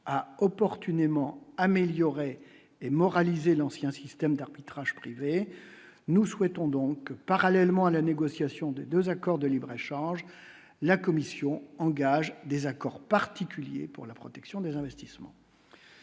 a opportunément améliorer et moraliser l'ancien système d'arbitrage privé nous souhaitons donc parallèlement à la négociation de 2 accords de libre-échange, la Commission engage des accords particuliers pour la protection des investissements.